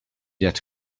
that